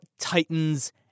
Titans